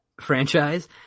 franchise